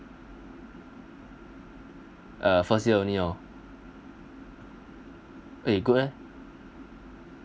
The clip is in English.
uh four zero only oh eh good eh